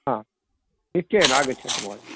निश्चयेन आगच्छन्तु महोदयः